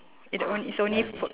it on~ it's only food